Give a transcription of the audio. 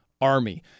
Army